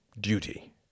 duty